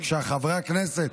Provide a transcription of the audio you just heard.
בבקשה, חברי הכנסת,